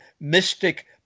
mystic